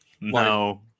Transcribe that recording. No